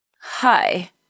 Hi